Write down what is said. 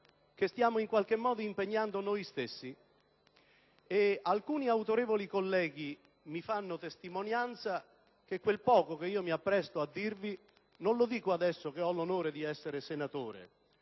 che stiamo impegnando noi stessi. E alcuni autorevoli colleghi mi fanno testimonianza che quel poco che mi appresto a dirvi non lo dico adesso che ho l'onore di essere senatore,